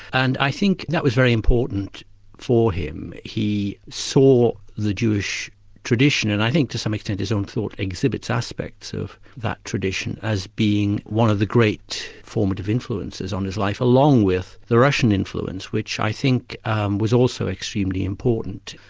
and i think that was very important for him. he saw the jewish tradition, and i think to some extent his own thought exhibits aspects of that tradition as being one of the great formative influences on his life, along with the russian influence, which i think was also extremely important.